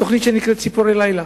תוכנית שנקראת "ציפורי לילה"